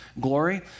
Glory